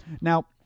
Now